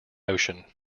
ocean